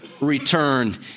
return